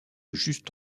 juste